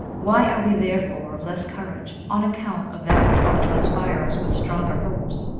why are we therefore of less courage, on account of that which ought to inspire us with stronger hopes?